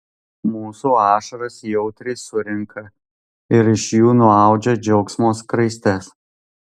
mūsų ašaras jautriai surenka ir iš jų nuaudžia džiaugsmo skraistes